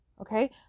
Okay